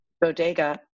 bodega